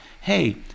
hey